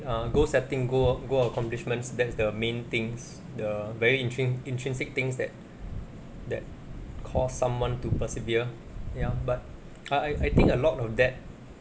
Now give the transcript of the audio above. err goal setting goal goal accomplishments that's the main things the very intrin~ intrinsic things that that call someone to persevere ya but I I I think a lot of that